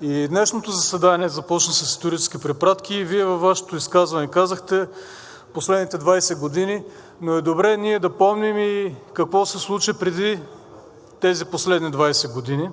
и днешното заседание започна с исторически препратки. И Вие във Вашето изказване казахте последните 20 години, но е добре ние да помним какво се случи преди тези последни 20 години.